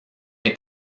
est